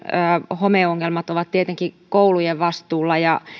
homeongelmat ovat tietenkin kuntien vastuulla ja